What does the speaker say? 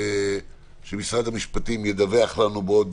שמשרד המשפטים ידווח לנו עוד